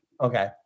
Okay